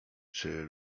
czy